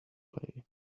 play